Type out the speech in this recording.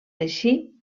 així